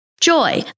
Joy